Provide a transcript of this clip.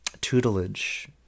tutelage